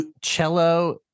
Cello